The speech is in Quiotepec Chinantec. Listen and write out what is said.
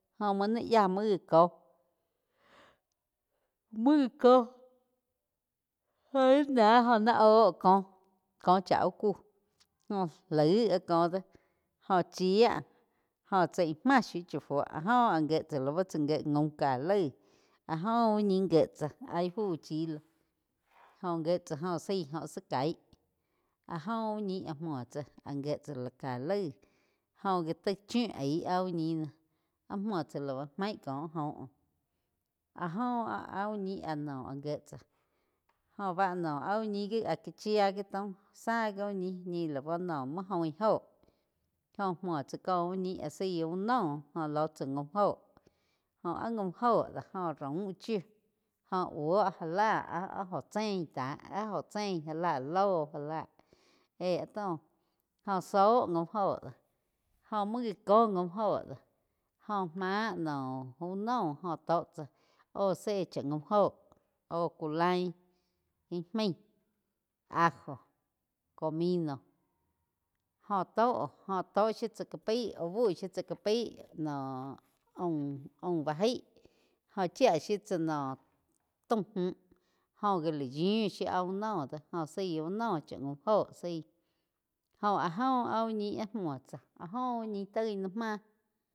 Jó muo naig yáh muo gi cóh jo ni ná oh ni óh koh, koh chá úh kuh joh laíh áh koh do jo chía joh chaí máh shiú chá fuo áh jo áh gie tsá lau tsá gíe gaum ká laig áh jo úh ñi gie tsá áh íh fu chi loh. Joh jíe tsá joh zaí óh zá caí áh óh uh ñi áh múo tsáh áh gie tsá ká laig joh gá tai chiu aig áh úh ni noh áh múo tsá lau maíh koh joh. Ah joh áh úh ñi áh gie tsá jo bá no áh úh ñi gi áh ká chía gi taum zá gi úh ñi, ñíh lau ma oin óho có múo tsá có uh ñih áh zaí úh noh joh lo tsa jaum óho. Oh áh gaum óho do jo raum chiu jóh búo já lá áh joh chein tá áh óho chein já lah lóh já láh éh áh tó jóh zoh gaum óho do óh muo gá ko gaum óh doh. Óh máh noh úh noh jo tó cha óh zé chá gaum óho óh ku lain íh maig, ajo, comino, jo to jo tó shiu tsá ca pái úh bu shiu tsá ca pái noh aum-aum bá gaih óho chía shiu tsá noh taum múh joh gá la yiu shiu áh uh no do jo saí uh no cha gaum óho zaí óh áh oh áh úh ñi áh muo tsá áh óh uh ñi toi na máh.